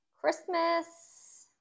Christmas